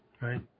right